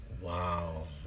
Wow